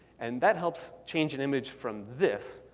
and that helps change an image from this.